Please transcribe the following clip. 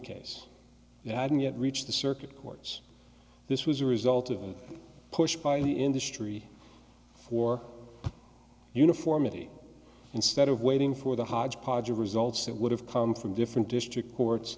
you hadn't yet reached the circuit courts this was a result of a push by the industry for uniformity instead of waiting for the hodgepodge of results that would have come from different district courts